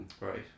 right